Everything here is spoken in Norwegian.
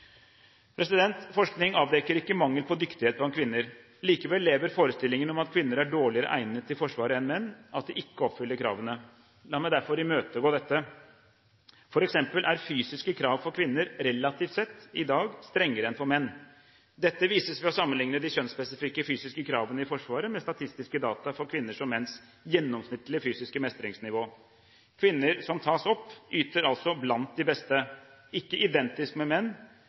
Forskning avdekker ikke mangel på dyktighet blant kvinner. Likevel lever forestillingen om at kvinner er dårligere egnet i Forsvaret enn menn, at de ikke oppfyller kravene. La meg derfor imøtegå dette. For eksempel er fysiske krav for kvinner i dag relativt sett strengere enn for menn. Dette vises ved å sammenligne de kjønnsspesifikke fysiske kravene i Forsvaret med statistiske data for kvinners og menns gjennomsnittlige fysiske mestringsnivå. Kvinner som tas opp, yter altså blant de beste – ikke identisk med menn,